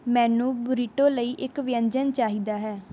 ਮੈਨੂੰ ਬੁਰੀਟੋ ਲਈ ਇੱਕ ਵਿਅੰਜਨ ਚਾਹੀਦਾ ਹੈ